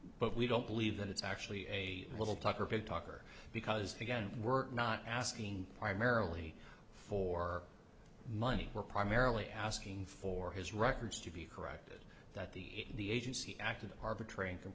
but we don't believe that it's actually a little tucker big talker because again we're not asking primarily for money we're primarily asking for his records to be corrected that the agency acted arbitrati